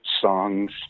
songs